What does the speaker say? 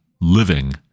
living